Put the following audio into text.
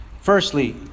Firstly